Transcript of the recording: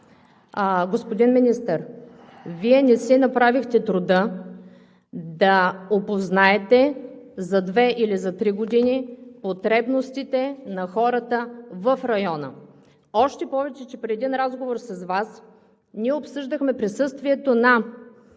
господин Министър, Вие не си направихте труда да опознаете за две или за три години потребностите на хората в района. Още повече, че в един разговор с Вас ние обсъждахме присъствието на